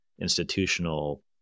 institutional